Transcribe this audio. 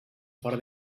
fora